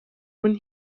when